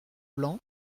blanc